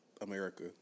America